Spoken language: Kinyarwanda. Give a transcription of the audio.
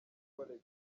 college